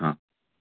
हा